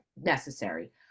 necessary